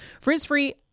Frizz-free